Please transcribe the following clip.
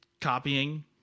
copying